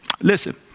Listen